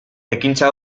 ekintza